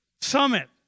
Summit